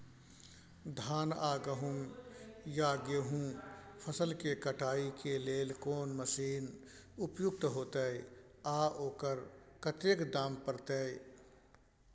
धान आ गहूम या गेहूं फसल के कटाई के लेल कोन मसीन उपयुक्त होतै आ ओकर कतेक दाम परतै?